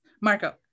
Marco